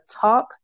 talk